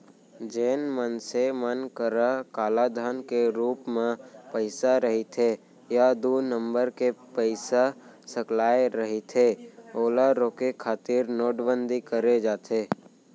जेन मनसे मन करा कालाधन के रुप म पइसा रहिथे या दू नंबर के पइसा सकलाय रहिथे ओला रोके खातिर नोटबंदी करे जाथे